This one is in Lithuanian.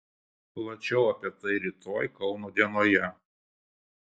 plačiau apie tai rytoj kauno dienoje